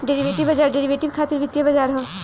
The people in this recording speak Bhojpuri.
डेरिवेटिव बाजार डेरिवेटिव खातिर वित्तीय बाजार ह